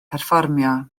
perfformio